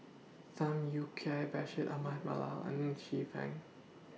Tham Yui Kai Bashir Ahmad Mallal and Ng Chee fan